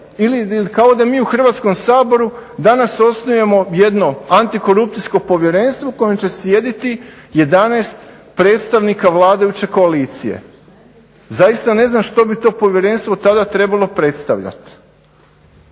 ili kao da mi u Hrvatskom saboru danas osnujemo jedno antikorupcijsko povjerenstvo u kojem će sjediti jedanaest predstavnika vladajuće koalicije. Zaista ne znam što bi to povjerenstvo tada trebalo predstavljat?